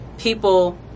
People